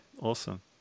awesome